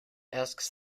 asks